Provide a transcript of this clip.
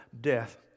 death